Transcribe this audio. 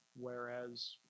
Whereas